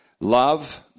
Love